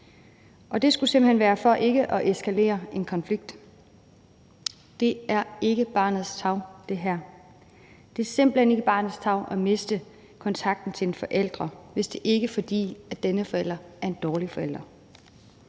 Og det skulle simpelt hen være for ikke at eskalere en konflikt. Det er ikke barnets tarv – det er simpelt hen ikke barnets tarv at miste kontakten til en forælder, hvis det ikke er, fordi denne forælder er en dårlig forælder.